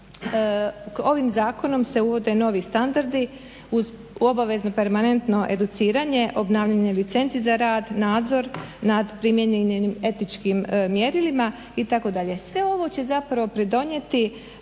da ovim Zakonom se uvode novi standardi uz obavezno permanentno educiranje, obnavljanje licenci za rad, nadzor nad primijenjenim etičkim mjerilima itd. Sve ovo će zapravo pridonijeti